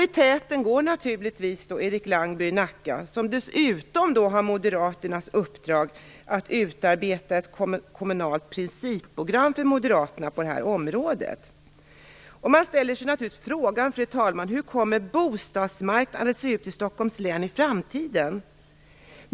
I täten går naturligtvis Erik Langby i Nacka, som dessutom har moderaternas uppdrag att utarbeta ett kommunalt principprogram för moderaterna på det här området. Man ställer sig naturligtvis frågan, fru talman, hur bostadsmarknaden i Stockholms län kommer att se ut i framtiden.